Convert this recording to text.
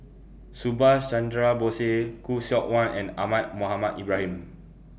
Subhas Chandra Bose Khoo Seok Wan and Ahmad Mohamed Ibrahim